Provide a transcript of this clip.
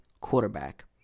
quarterback